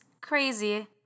crazy